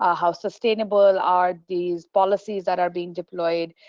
ah how sustainable are these policies that are being deployed,